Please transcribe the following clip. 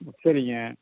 ம் சரிங்க